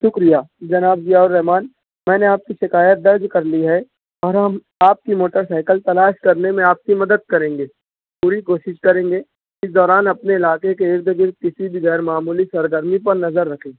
شکریہ جناب ضیاء الرحمٰن میں نے آپ کی شکایت درج کر لی ہے اور ہم آپ کی موٹر سائیکل تلاش کرنے میں آپ کی مدد کریں گے پوری کوشش کریں گے اس دوران اپنے علاقے کے ارد گرد کسی بھی غیر معمولی سرگرمی پر نظر رکھیں